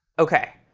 ok,